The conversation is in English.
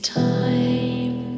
time